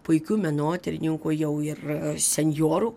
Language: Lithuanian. puikių menotyrininkų jau ir senjorų